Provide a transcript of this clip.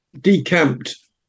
decamped